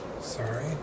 Sorry